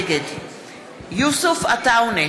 נגד יוסף עטאונה,